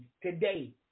today